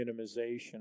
minimization